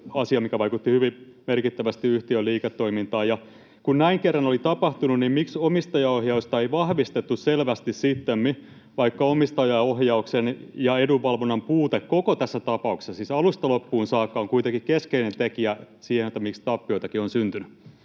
mikä vaikutti hyvin merkittävästi yhtiön liiketoimintaan. Ja kun näin kerran oli tapahtunut, miksi omistajaohjausta ei vahvistettu selvästi sittemmin, vaikka omistajaohjauksen ja edunvalvonnan puute koko tässä tapauksessa, siis alusta loppuun saakka, on kuitenkin keskeinen tekijä siihen, miksi tappioitakin on syntynyt?